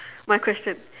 my question